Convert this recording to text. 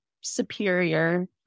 superior